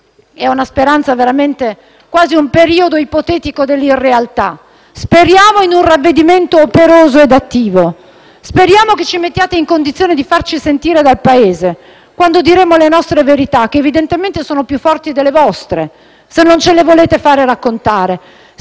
una speranza è quasi un periodo ipotetico dell'irrealtà - in un ravvedimento operoso ed attivo. Speriamo che ci mettiate in condizione di farci sentire dal Paese quando diremo le nostre verità, che evidentemente sono più forti delle vostre se non ce le volete far raccontare.